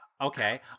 Okay